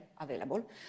available